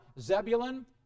Zebulun